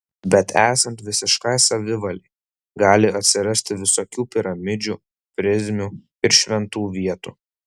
bet esant visiškai savivalei gali atsirasti visokių piramidžių prizmių ir šventų vietų